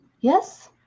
Yes